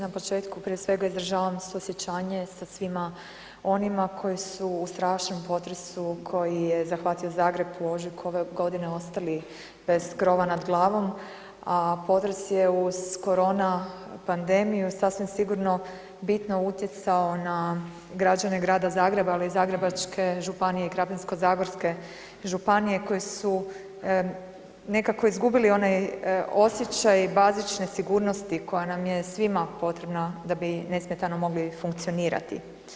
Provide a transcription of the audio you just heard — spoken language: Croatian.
Na početku prije svega izražavam suosjećanje sa svima onima koji su u strašnom potresu koji je zahvatio Zagreb u ožujku ove godine ostali bez krova nad glavom, a potres je uz korona pandemiju sasvim sigurno bitno utjecao na građane Grada Zagreba, ali i Zagrebačke županije i Krapinsko-zagorske županije koji su nekako izgubili onaj osjećaj bazične sigurnosti koja nam je svima potrebna da bi nesmetano mogli funkcionirati.